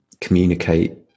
communicate